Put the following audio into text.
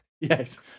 yes